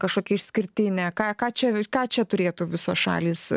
kažkokia išskirtinė ką ką čia ką čia turėtų visos šalys